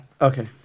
Okay